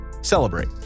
celebrate